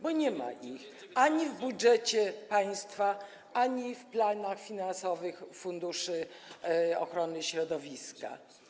bo nie ma ich ani w budżecie państwa, ani w planach finansowych funduszu ochrony środowiska.